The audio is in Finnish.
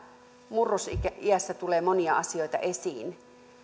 murrosiässä tulee monia asioita esiin